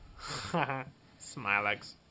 Smilex